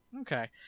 Okay